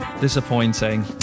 Disappointing